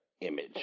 image